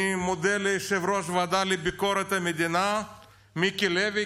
אני מודה ליושב-ראש הוועדה לביקורת המדינה מיקי לוי,